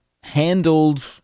handled